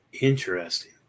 Interesting